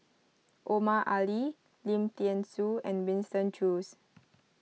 Omar Ali Lim thean Soo and Winston Choos